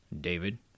David